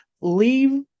leave